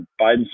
Biden